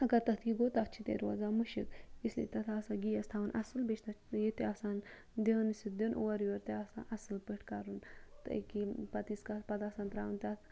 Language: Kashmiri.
اَگَر تَتھ یہِ گوٚو تَتھ چھِ تیٚلہِ روزان مٕشِک اِسلیے تَتھ آسان گیس تھاوُن اَصل بیٚیہِ چھُ تَتھ یہِ تہِ آسان دیانہٕ سۭتۍ دیُن اورٕ یورٕ تہِ آسان اَصل پٲٹھۍ کَرُن تہٕ اکیاہ یہِ پَتہٕ ییس کالَس پَتہٕ آسان تراوُن تَتھ